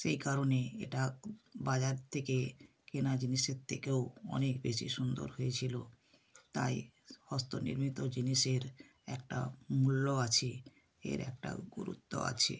সেই কারণে এটা বাজার থেকে কেনা জিনিসের থেকেও অনেক বেশি সুন্দর হয়েছিলো তাই হস্ত নির্মিত জিনিসের একটা মূল্য আছে এর একটা গুরুত্ব আছে